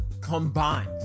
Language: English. combined